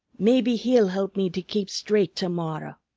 maybe he'll help me to keep straight to-morrow.